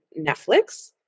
Netflix